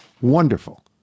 wonderful